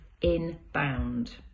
inbound